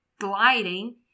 gliding